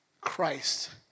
Christ